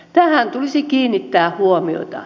tähän tulisi kiinnittää huomiota